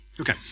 Okay